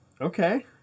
Okay